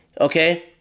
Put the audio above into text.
Okay